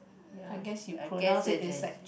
ya I guess it is